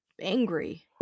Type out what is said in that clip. angry